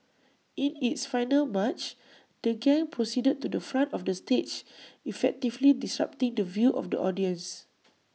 in its final March the gang proceeded to the front of the stage effectively disrupting the view of the audiences